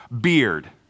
beard